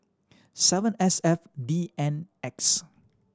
seven S F D N X